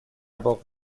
باغ